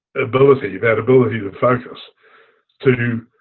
ability, that ability to focus to